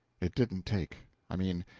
it didn't take i mean,